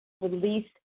release